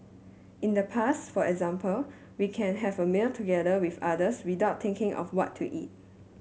in the past for example we can have a meal together with others without thinking of what to eat